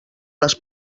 les